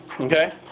Okay